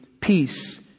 peace